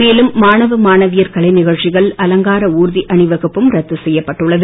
மேலும் மாணவ மாணவியர் கலை நிகழ்ச்சிகள் அலங்கார ஊர்தி அணிவகுப்பும் ரத்து செய்யப்பட்டுள்ளது